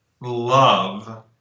love